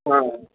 হ্যাঁ